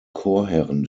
chorherren